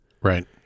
Right